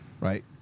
Right